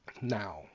Now